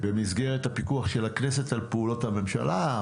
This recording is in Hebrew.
במסגרת הפיקוח של הכנסת על פעולות הממשלה,